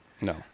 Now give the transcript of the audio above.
No